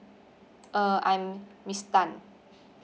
uh I'm miss tan